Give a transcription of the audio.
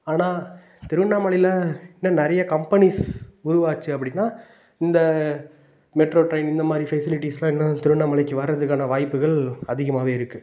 ஆனால் திருவண்ணாமலையில் இன்னும் நிறைய கம்பெனிஸ் உருவாச்சு அப்படின்னா இந்த மெட்ரோ ட்ரெயின் இந்தமாதிரி பெசிலிட்டிஸ்லாம் இன்னும் திருவண்ணாமலைக்கு வர்றத்துக்கான வாய்ப்புகள் அதிகமாவே இருக்குது